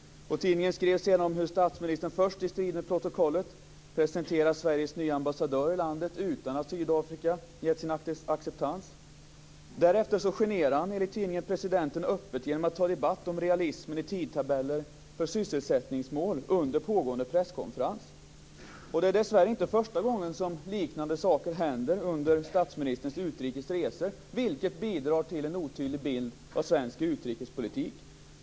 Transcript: Tidningen skrev sedan om hur statsministern först i strid med protokollet presenterade Sveriges nya ambassadör i landet utan att Sydafrika gett sin acceptans. Därefter generade han, enligt tidningen, presidenten öppet, genom att ta debatt om realismen i tidtabeller för sysselsättningsmål, under pågående presskonferens. Det är dessvärre inte första gången som liknande saker händer under statsministerns utrikes resor, vilket bidrar till en otydlig bild av svensk utrikespolitik.